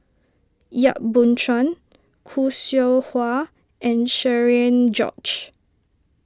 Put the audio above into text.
Yap Boon Chuan Khoo Seow Hwa and Cherian George